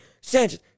Sanchez